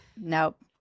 Nope